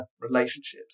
relationships